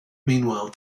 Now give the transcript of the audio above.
meanwhile